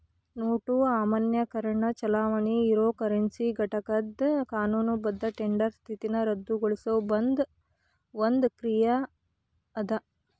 note ಅಮಾನ್ಯೇಕರಣ ಚಲಾವಣಿ ಇರೊ ಕರೆನ್ಸಿ ಘಟಕದ್ ಕಾನೂನುಬದ್ಧ ಟೆಂಡರ್ ಸ್ಥಿತಿನ ರದ್ದುಗೊಳಿಸೊ ಒಂದ್ ಕ್ರಿಯಾ ಅದ